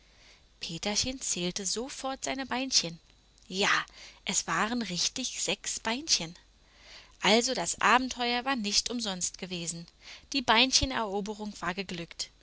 peterchen zählte sofort seine beinchen ja es waren richtig sechs beinchen also das abenteuer war nicht umsonst gewesen die beincheneroberung war geglückt